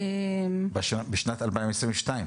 בשנת 2022?